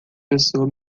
pessoa